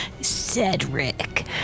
Cedric